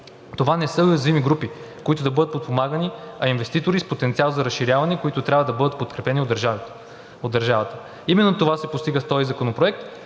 Това не са уязвими групи, които да бъдат подпомагани, а инвеститори с потенциал за разширяване, които трябва да бъдат подкрепени от държавата. Именно това се постига с този законопроект